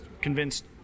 convinced